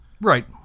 right